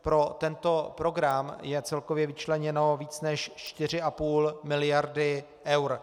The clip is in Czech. Pro tento program je celkově vyčleněno více než 4,5 mld. eur.